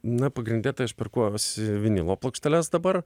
na pagrinde tai aš perkuosi vinilo plokšteles dabar